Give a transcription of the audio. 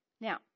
Now